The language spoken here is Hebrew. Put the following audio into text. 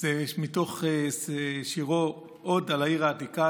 זה מתוך השיר "עוד על העיר העתיקה",